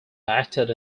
acted